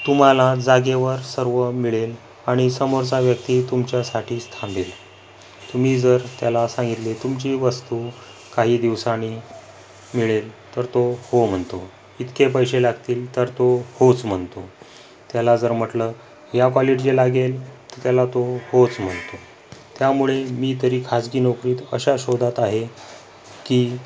तुम्हाला जागेवर सर्व मिळेल आणि समोरचा व्यक्तीही तुमच्यासाठीच थांबेल तुम्ही जर त्याला सांगितले तुमची वस्तू काही दिवासानी मिळेल तर तो हो म्हणतो इतके पैसे लागतील तर तो होच म्हणतो त्याला जर म्हटलं ह्या क्वालिटीचं लागेल त्याला तो होच म्हणतो त्यामुळे मी तर खाजगी नोकरीत अशा शोधात आहे की